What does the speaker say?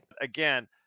again